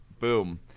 Boom